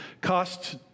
cost